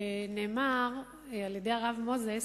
נאמר על-ידי הרב מוזס